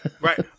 Right